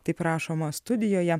taip rašoma studijoje